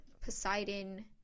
Poseidon